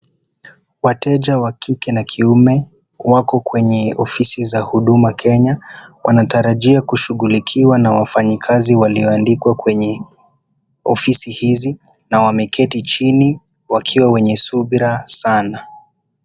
Wateja wa kike na kiume wako kwenye ofisi za huduma Kenya wanatarajia kushughulikiwa na wafanyikazi walioandikwa kwenye ofisi hizi na wameketi chini wakiwa wenye subira sana.